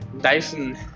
Dyson